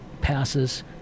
passes